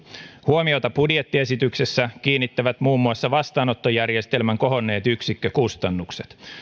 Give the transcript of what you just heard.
huomiota budjettiesityksessä kiinnittävät muun muassa vastaanottojärjestelmän kohonneet yksikkökustannukset